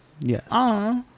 Yes